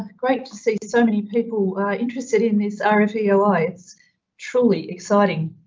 great to see so many people interested in this ah rfeoi. it's truly exciting.